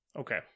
Okay